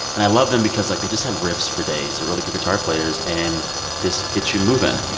and i love them because, like, they just have riffs for days. they're really good guitar players, and this gets you moving